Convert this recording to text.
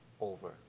over